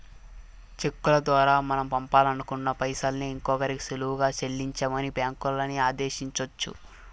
చెక్కుల దోరా మనం పంపాలనుకున్న పైసల్ని ఇంకోరికి సులువుగా సెల్లించమని బ్యాంకులని ఆదేశించొచ్చు